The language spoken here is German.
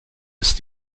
ist